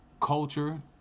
culture